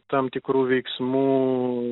tam tikrų veiksmų